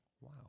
Wow